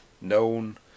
known